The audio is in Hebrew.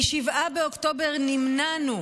מ-7 באוקטובר נמנענו